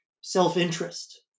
self-interest